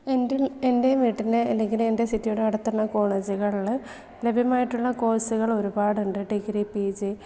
എൻ്റെ എൻ്റെ വീട്ടിൻ്റെ അല്ലെങ്കിൽ എൻ്റെ സിറ്റിയുടെ അടുത്തുള്ള കോളേജുകളിൽ ലഭ്യമായിട്ടുള്ള കോഴ്സ്കൾ ഒരുപാടുണ്ട് ഡിഗ്രി പിജി